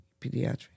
pediatrics